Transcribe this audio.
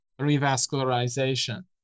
revascularization